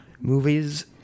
Movies